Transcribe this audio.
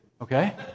Okay